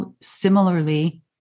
similarly